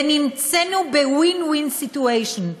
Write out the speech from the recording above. ולכן נמצאנו בwin-win situation.